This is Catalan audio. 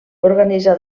organitza